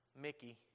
Mickey